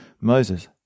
Moses